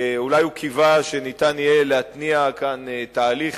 אולי הוא קיווה שיהיה אפשר להתניע כאן תהליך